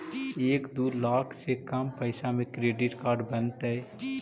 एक दू लाख से कम पैसा में क्रेडिट कार्ड बनतैय?